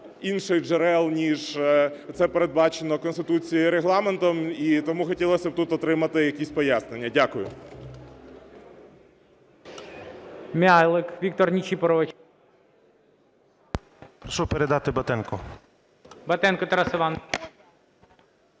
інших джерел ніж це передбачено Конституцією і Регламентом? І тому хотілося б тут отримати якісь пояснення. Дякую.